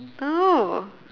no